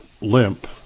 limp